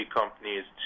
companies